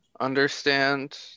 understand